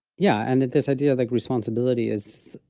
yeah, and that this idea of like, responsibility is,